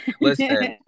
Listen